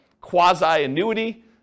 quasi-annuity